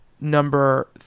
number